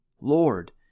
Lord